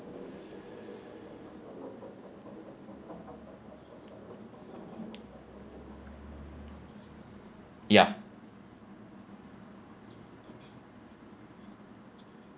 ya